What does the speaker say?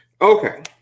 Okay